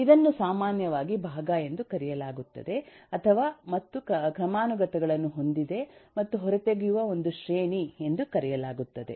ಇದನ್ನು ಸಾಮಾನ್ಯವಾಗಿ ಭಾಗ ಎಂದು ಕರೆಯಲಾಗುತ್ತದೆ ಅಥವಾ ಮತ್ತು ಕ್ರಮಾನುಗತಗಳನ್ನು ಹೊಂದಿದೆ ಮತ್ತು ಹೊರತೆಗೆಯುವ ಒಂದು ಶ್ರೇಣಿ ಎಂದು ಕರೆಯಲಾಗುತ್ತದೆ